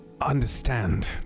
understand